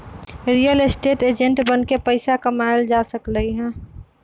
real estate agent बनके पइसा कमाएल जा सकलई ह